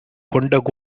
கொண்ட